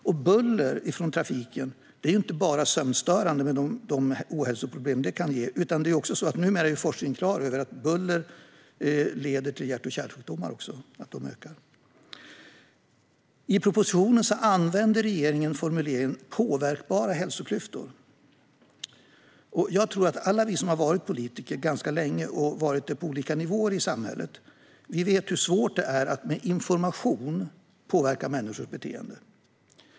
Och buller från trafiken är inte bara sömnstörande, med de ohälsoproblem som det kan ge. Numera är forskningen klar över att buller också leder till att antalet hjärt och kärlsjukdomar ökar. I propositionen använder regeringen formuleringen påverkbara hälsoklyftor. Jag tror att alla vi som har varit politiker ganska länge, och har varit det på olika nivåer i samhället, vet hur svårt det är att med information påverka människors beteende.